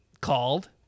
called